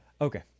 Okay